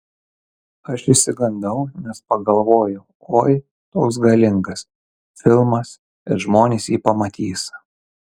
aš išsigandau nes pagalvojau oi toks galingas filmas ir žmonės jį pamatys